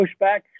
pushback